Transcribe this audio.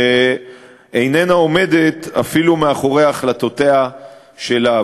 שאיננה עומדת אפילו מאחורי החלטותיה שלה.